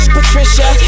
Patricia